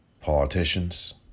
politicians